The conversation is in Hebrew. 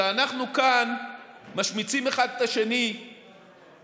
כשאנחנו כאן משמיצים אחד את השני ומתווכחים,